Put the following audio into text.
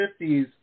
1950s